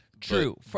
True